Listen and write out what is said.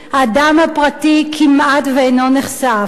האדם הפרטי כמעט אינו נחשף.